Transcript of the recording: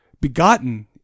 begotten